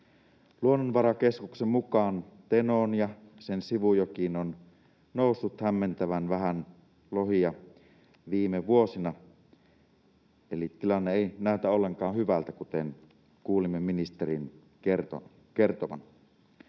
Luonnonvarakeskuksen mukaan Tenoon ja sen sivujokiin on noussut hämmentävän vähän lohia viime vuosina, eli tilanne ei näytä ollenkaan hyvältä, kuten kuulimme ministerin kertovan.